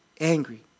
angry